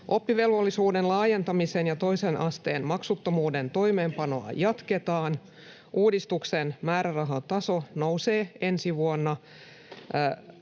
Oppivelvollisuuden laajentamisen ja toisen asteen maksuttomuuden toimeenpanoa jatketaan. Uudistuksen määrärahataso nousee ensi vuonna